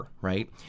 right